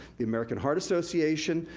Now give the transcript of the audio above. the american heart association,